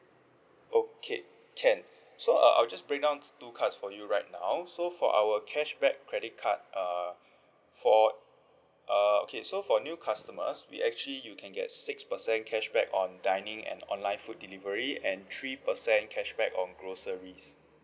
okay can so uh I'll just break down two cards for you right now so for our cashback credit card uh for uh okay so for new customers we actually you can get six percent cashback on dining and online food delivery and three percent cashback on groceries